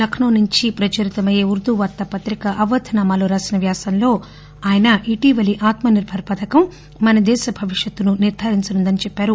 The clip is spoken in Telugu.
లక్పో నుంచి ప్రచురితమయ్యే ఉర్దూ వార్తాపత్రిక అవధ్ నామాలో రాసిన వ్యాసంలో ఆయన ఇటీవలీ ఆత్మ నిర్బర పథకం మన దేశ భవిష్యత్తును నిర్గారించనుందని చెప్పారు